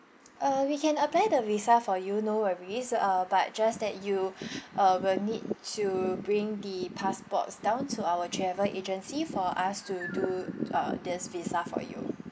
uh we can apply the visa for you no worries uh but just that you uh will need to bring the passports down to our travel agency for us to do uh this visa for you